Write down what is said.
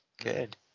Good